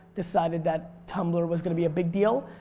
decided that tumblr was gonna be a big deal.